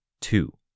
Two